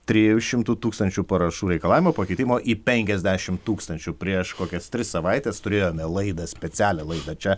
trijų šimtų tūkstančių parašų reikalavimo pakeitimo į penkiasdešim tūkstančių prieš kokias tris savaites turėjome laidą specialią laidą čia